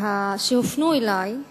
שהופנו אלי,